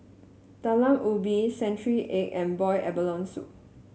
Talam Ubi Century Egg and boil abalone soup